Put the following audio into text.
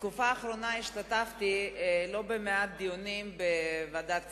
בתקופה האחרונה השתתפתי בלא-מעט דיונים בוועדת הכספים,